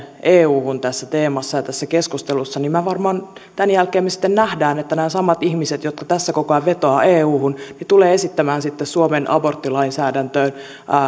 euhun tässä teemassa ja keskustelussa että varmaan tämän jälkeen me sitten näemme että nämä samat ihmiset jotka koko ajan vetoavat euhun tulevat esittämään sitten suomen aborttilainsäädäntöön